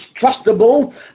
trustable